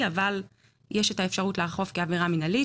אבל יש את האפשרות לאכוף כעבירה מנהלית.